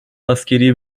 askeri